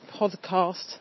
podcast